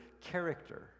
character